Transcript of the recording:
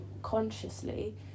consciously